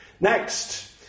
Next